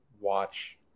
watch